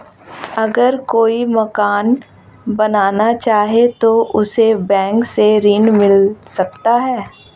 अगर कोई मकान बनाना चाहे तो उसे बैंक से ऋण मिल सकता है?